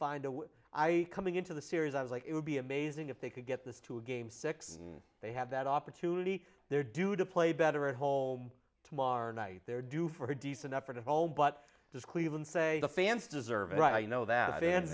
find a way i coming into the series i was like it would be amazing if they could get this to a game six and they have that opportunity they're due to play better at home tomorrow night they're due for a decent effort at home but does cleveland say the fans deserve it right you know that